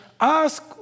Ask